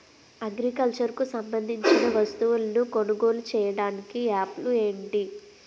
Agriculture కు సంబందించిన వస్తువులను కొనుగోలు చేయటానికి యాప్లు ఏంటి?